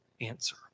answer